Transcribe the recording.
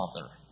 Father